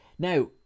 Now